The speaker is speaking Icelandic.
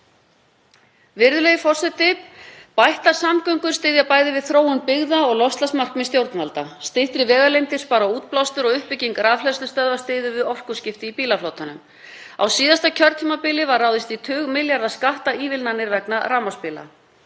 Virðulegi forseti. Bættar samgöngur styðja bæði við þróun byggða og loftslagsmarkmið stjórnvalda. Styttri vegalengdir spara útblástur og uppbygging rafhleðslustöðva styður við orkuskipti í bílaflotanum. Á síðasta kjörtímabili var ráðist í tugmilljarða skattaívilnanir vegna rafmagnsbíla.